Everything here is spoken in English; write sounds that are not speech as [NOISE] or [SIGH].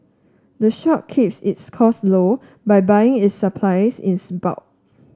the shop keeps its costs low by buying its supplies in [UNINTELLIGIBLE] bulk